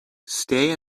stay